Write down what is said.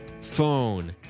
phone